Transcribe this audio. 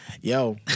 Yo